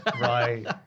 Right